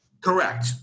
Correct